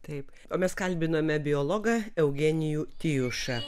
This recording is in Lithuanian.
taip o mes kalbinome biologą eugenijų tijušą